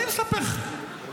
אני מספר לך.